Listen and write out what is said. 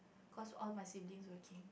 cause all my siblings working